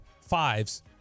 fives